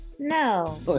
No